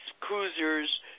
cruisers